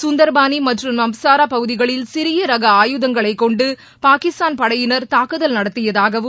சுந்தர்பானி மற்றும் நவ்சரா பகுதிகளில் சிறிய ரக ஆயுதங்களை கொண்டு பாகிஸ்தான் படையினர் தங்குதல் நடத்தியதாகவும்